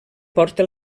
porta